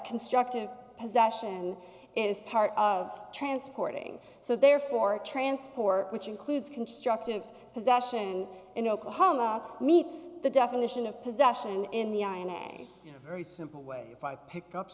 constructive possession is part of transporting so therefore a transport which includes constructive possession in oklahoma meets the definition of possession in the eye in a very simple way if i picked up